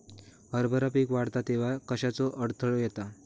हरभरा पीक वाढता तेव्हा कश्याचो अडथलो येता?